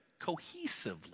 cohesively